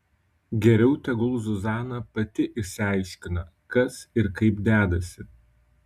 geriau tegul zuzana pati išsiaiškina kas ir kaip dedasi